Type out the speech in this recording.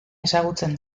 ezagutzen